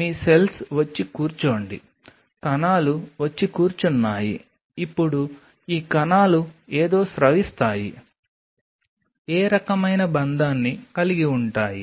మీ cells వచ్చి కూర్చోండి కణాలు వచ్చి కూర్చున్నాయి ఇప్పుడు ఈ కణాలు ఏదో స్రవిస్తాయి ఏ రకమైన బంధాన్ని కలిగి ఉంటాయి